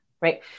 Right